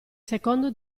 secondo